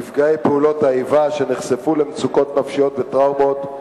נפגעי פעולות האיבה שנחשפו למצוקות נפשיות וטראומות,